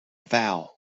vow